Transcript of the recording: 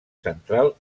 central